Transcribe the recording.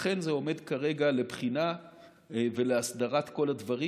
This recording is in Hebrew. לכן זה עומד כרגע לבחינה ולהסדרת כל הדברים,